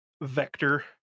vector